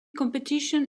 competition